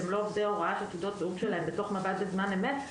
שהם לא עובדי הוראה שתעודות הזהות שלהם בתוך מב"ד בזמן אמת,